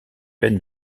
peines